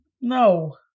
No